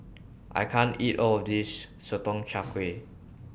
I can't eat All of This Sotong Char Kway